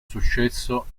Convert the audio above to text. successo